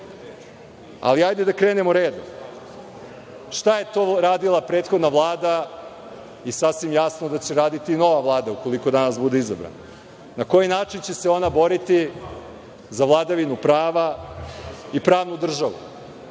Hajde da krenemo redom. Šta je to radila prethodna Vlada, je sasvim jasno da će raditi i nova Vlada, ukoliko danas bude izabrana. Na koji način će se ona boriti za vladavinu prava i pravnu državu?